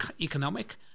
economic